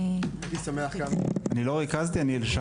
שלום, אלי